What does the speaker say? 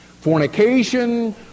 fornication